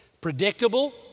predictable